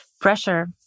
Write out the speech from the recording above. pressure